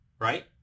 right